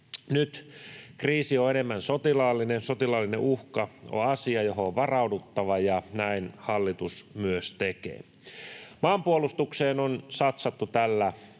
Nyt kriisi on enemmän sotilaallinen. Sotilaallinen uhka on asia, johon on varauduttava ja näin hallitus myös tekee. Maanpuolustukseen on satsattu tällä